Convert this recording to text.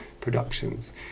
Productions